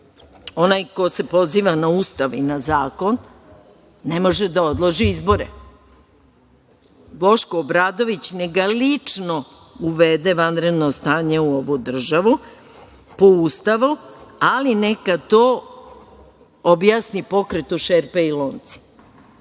Onaj ko se poziva na Ustav i zakon ne može da odloži izbore. Boško Obradović neka lično uvede vanredno stanje u ovu državu, po Ustavu, ali neka to objasni pokretu šerpe i lonci,